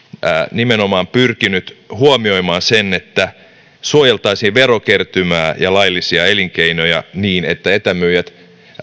nimenomaan pyrkinyt huomioimaan sen että suojeltaisiin verokertymää ja laillisia elinkeinoja niin että etämyyjät